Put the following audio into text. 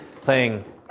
playing